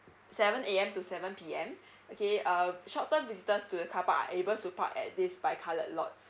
seven A_M to seven P_M okay uh short term visitors to the carpark are able to park at this bi coloured lot